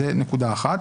זו נקודה אחת.